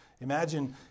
Imagine